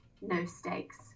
no-stakes